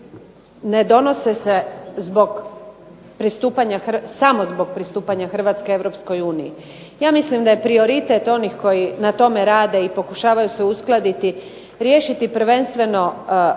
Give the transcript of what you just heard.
pristupanja, samo zbog pristupanja Hrvatske Europskoj uniji. Ja mislim da je prioritet onih koji na tome rade i pokušavaju se uskladiti riješiti prvenstveno